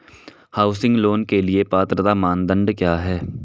Housing loan के लिए पात्रता मानदंड क्या हैं?